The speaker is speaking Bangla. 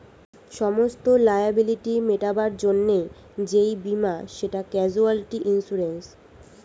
সমস্ত লায়াবিলিটি মেটাবার জন্যে যেই বীমা সেটা ক্যাজুয়ালটি ইন্সুরেন্স